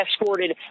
escorted